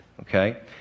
okay